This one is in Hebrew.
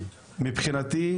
מבחינתי,